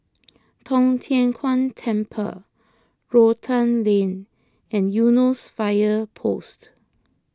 Tong Tien Kung Temple Rotan Lane and Eunos Fire Post